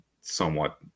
somewhat